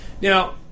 Now